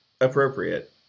appropriate